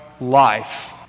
life